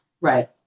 Right